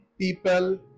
People